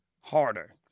harder